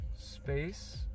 space